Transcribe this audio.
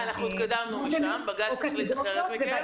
הדוגמה הבולטת היא מטריות כשיורד גשם.